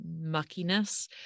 muckiness